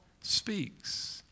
speaks